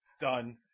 done